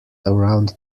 around